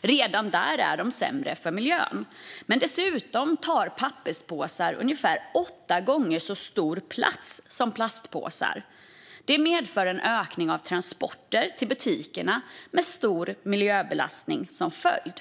Redan där är de sämre för miljön. Men dessutom tar papperspåsar ungefär åtta gånger så stor plats som plastpåsar. Det medför ökade transporter till butikerna, med stor miljöbelastning som följd.